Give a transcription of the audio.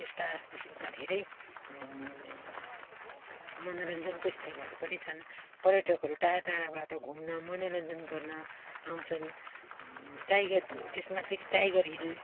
यस्ता किसिमका धेरै मनोरञ्जनको स्थलहरू पनि छन् पर्यटकहरू टाडा टाडाबाट घुम्न मनोरञ्जन गर्न आउँछन् टाइगर त्यसमा फेरि टाइगर हिल